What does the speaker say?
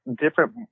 different